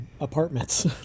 apartments